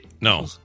no